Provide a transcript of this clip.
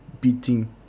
beating